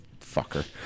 Fucker